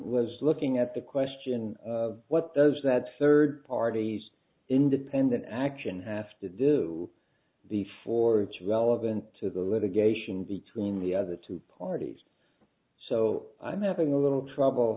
was looking at the question of what does that surge parties independent action have to do before it's relevant to the litigation between the other two parties so i'm having a little trouble